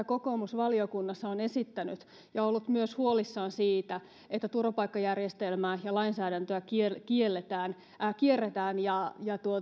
kokoomus on valiokunnassa esittänyt ja ollut myös huolissaan siitä että turvapaikkajärjestelmää ja lainsäädäntöä kierretään kierretään ja ja